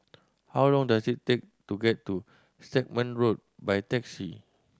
how long does it take to get to Stagmont Road by taxi